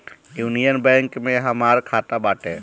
union bank में हमार खाता बाटे